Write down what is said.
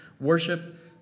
worship